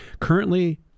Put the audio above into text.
Currently